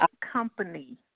company